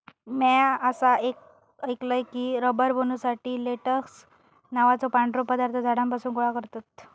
म्या असा ऐकलय की, रबर बनवुसाठी लेटेक्स नावाचो पांढरो पदार्थ झाडांपासून गोळा करतत